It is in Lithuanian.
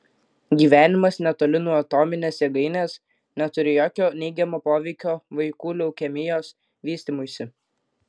gyvenimas netoli nuo atominės jėgainės neturi jokio neigiamo poveikio vaikų leukemijos vystymuisi